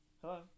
Hello